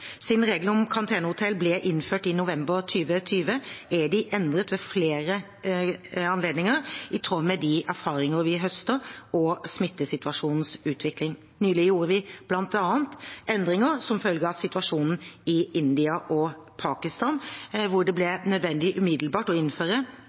om karantenehotell ble innført i november 2020, er de endret ved flere anledninger i tråd med de erfaringer vi høster, og smittesituasjonens utvikling. Nylig foretok vi bl.a. endringer som følge av situasjonen i India og Pakistan, da det ble